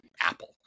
Apple